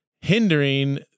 hindering